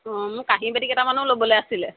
অঁ মোৰ কাঁহী বাতি কেইটামানো ল'বলৈ আছিলে